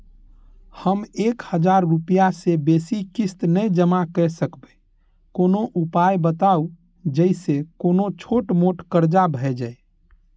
हम एक हजार रूपया से बेसी किस्त नय जमा के सकबे कोनो उपाय बताबु जै से कोनो छोट मोट कर्जा भे जै?